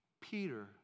Peter